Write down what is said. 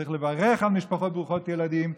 צריך לברך על משפחות ברוכות ילדים,